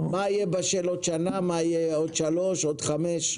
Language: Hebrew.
מה יהיה בשל עוד שנה, מה יהיה עוד שלוש, עוד חמש?